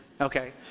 okay